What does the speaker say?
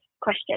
question